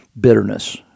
Bitterness